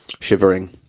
shivering